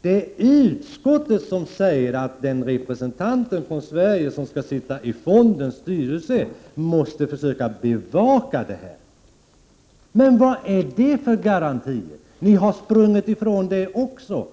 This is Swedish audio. Det är utskottet som säger att den representant från Sverige som skall sitta i fondens styrelse måste försöka bevaka detta. Men vad är det för garanti? Ni har sprungit ifrån detta också.